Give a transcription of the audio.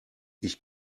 ich